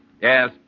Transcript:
Yes